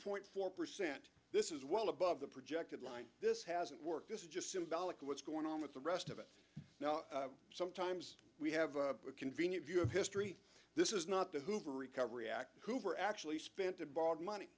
point four percent this is well above the projected line this hasn't worked this is just symbolic of what's going on with the rest of it sometimes we have a convenient view of history this is not the hoover recovery act hoover actually spent abroad money